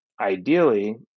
ideally